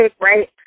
right